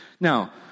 Now